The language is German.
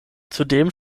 zudem